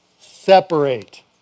separate